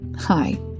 Hi